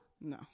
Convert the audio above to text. no